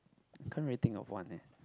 I can't really think of one eh